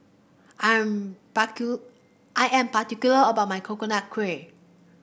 I am I am particular about my Coconut Kuih